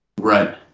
Right